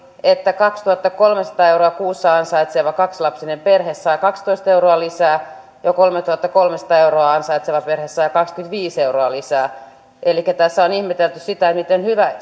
että kaksituhattakolmesataa euroa kuussa ansaitseva kaksilapsinen perhe saa kaksitoista euroa lisää ja kolmetuhattakolmesataa euroa ansaitseva perhe saa kaksikymmentäviisi euroa lisää elikkä tässä on ihmetelty sitä miten